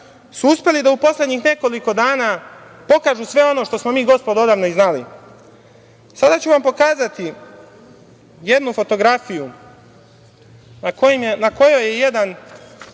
su uspeli da u poslednjih nekoliko dana pokažu sve ono što smo mi gospodo odavno i znali. Sada ću vam pokazati jednu fotografiju na kojoj je jedan